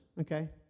okay